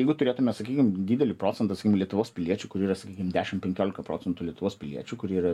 jeigu turėtume sakykim didelį procentą lietuvos piliečių kur yra sakykime dešim penkiolika procentų lietuvos piliečių kurie yra